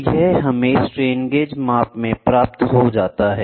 तो यह हमें स्ट्रेन गेज माप में प्राप्त हो जाता है